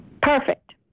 Perfect